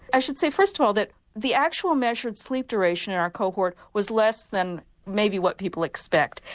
i should say first of all that the actual measured sleep duration in our cohort was less than maybe what people expect,